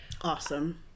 awesome